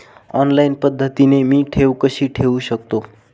Online पद्धतीने मी ठेव कशी ठेवू शकतो?